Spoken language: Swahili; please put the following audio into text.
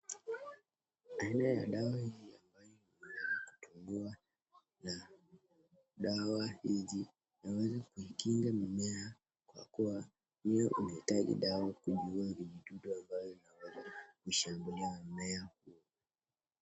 Aina ya dawa hii ambayo inaweza kutumiwa na dawa hizi inaweza kuikinga mimea kwa kuwa hiyo unahitaji dawa kujua vijidudu ambayo inaweza kushambulia mmea huo.